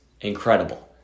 incredible